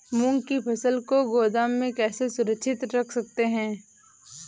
मूंग की फसल को गोदाम में कैसे सुरक्षित रख सकते हैं?